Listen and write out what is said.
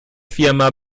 firma